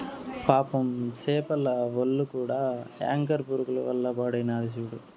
పాపం సేపల ఒల్లు కూడా యాంకర్ పురుగుల వల్ల పాడైనాది సూడు